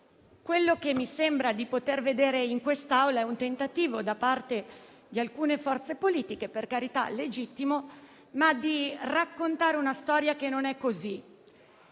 come oggi, mi sembra di vedere in quest'Aula il tentativo, da parte di alcune forze politiche - per carità, legittimo - di raccontare una storia che non è così